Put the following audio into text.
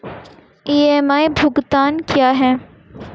EMI भुगतान क्या है?